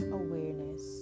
awareness